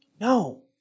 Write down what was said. No